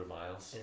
miles